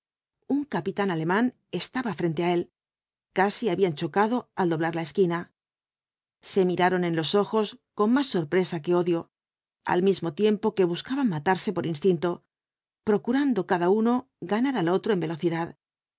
un capitán alemán estaba frente á él casi habían chocado al doblar la esquina se miraron en los ojos con más sorpresa que odio al mismo tiempo que buscaban matarse por instinto procurando cada uno ganar al otro en velocidad